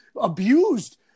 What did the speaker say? abused